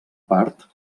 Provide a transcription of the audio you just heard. part